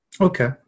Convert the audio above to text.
Okay